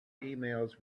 emails